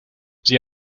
sie